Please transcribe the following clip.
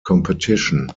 competition